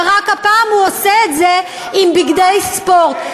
ורק הפעם הוא עושה את זה עם בגדי ספורט.